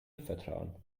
vertrauen